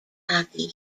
hockey